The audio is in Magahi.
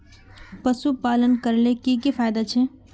पशुपालन करले की की फायदा छे?